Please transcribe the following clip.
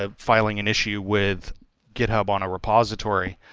ah filing an issue with github on a repository.